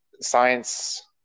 science